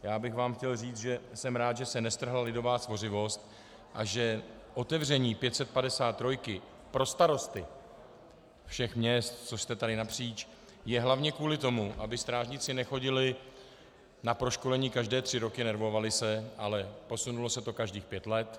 Chtěl bych vám říct, že jsem rád, že se nestrhla lidová tvořivost a že otevření pětsetpadesáttrojky pro starosty všech měst, což jste tady napříč, je hlavně kvůli tomu, aby strážníci nechodili na proškolení každé tři roky, nervovali se, ale posunulo se to, každých pět let.